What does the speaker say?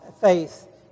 faith